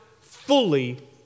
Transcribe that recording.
fully